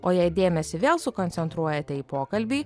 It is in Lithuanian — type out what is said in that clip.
o jei dėmesį vėl sukoncentruojate į pokalbį